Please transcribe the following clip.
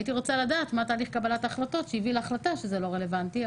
הייתי רוצה לדעת מה תהליך קבלת ההחלטות שהביא להחלטה שזה לא רלוונטי,